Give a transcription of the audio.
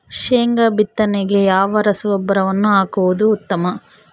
ಶೇಂಗಾ ಬಿತ್ತನೆಗೆ ಯಾವ ರಸಗೊಬ್ಬರವನ್ನು ಹಾಕುವುದು ಉತ್ತಮ?